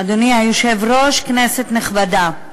אדוני היושב-ראש, כנסת נכבדה,